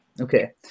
okay